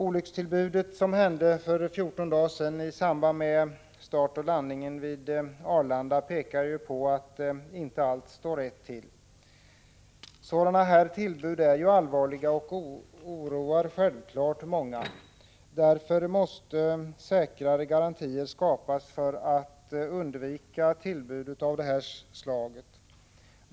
Olyckstillbudet för 14 dagar sedan i samband med starten och landningen vid Arlanda tyder på att allt inte står väl till. Sådana här tillbud är ju allvarliga och oroar självfallet många. Därför måste bättre garantier skapas för att vi skall kunna undvika tillbud av detta slag.